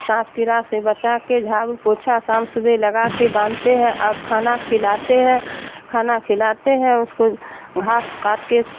سانپ کیڑا سے بچا کے جھاڑو پوچھا شام صبح لگا کے باندھتے ہیں اور کھانا کھلاتے ہیں کھانا کھلاتے ہیں اس کو گھاس کاٹ کے